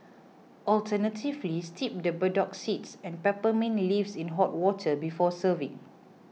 alternatively steep the burdock seeds and peppermint leaves in hot water before serving